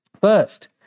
First